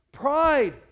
Pride